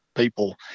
people